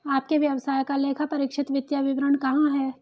आपके व्यवसाय का लेखापरीक्षित वित्तीय विवरण कहाँ है?